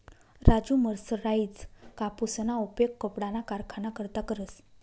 Raju mercerised कापूसना उपयोग कपडाना कारखाना करता करस